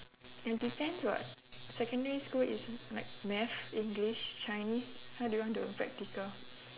and depends what secondary school is like math english chinese how do you want to practical